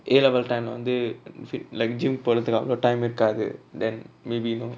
A level time lah வந்து:vanthu like gym போரதுக்கு அவளோ:porathuku avalo time இருக்காது:irukathu then maybe you know